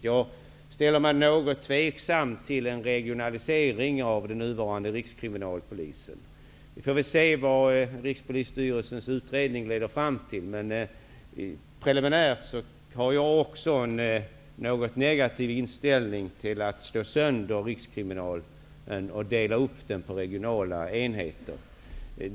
Jag ställer mig något tveksam till en regionalisering av den nuvarande rikskriminalpolisen. Vi får väl se vad Rikspolisstyrelsens utredning leder fram till. Jag har preliminärt en något negativ inställning till att man slår sönder rikskriminalen och delar upp den på regionala enheter.